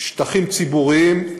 שטחים ציבוריים.